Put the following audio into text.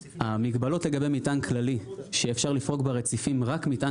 המגבלות לגבי מטען כללי שאפשר לפרוק ברציפים רק מטעם